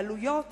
והעלויות